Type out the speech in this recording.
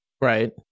Right